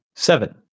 Seven